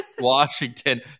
Washington